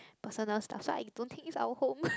personal stuffs so I don't think it's our home